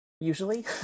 usually